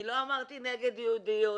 אני לא אמרתי נגד יהודיות,